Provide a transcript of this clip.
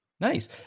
Nice